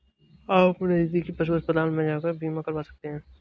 आप नज़दीकी पशु अस्पताल में जाकर बीमा करवा सकते है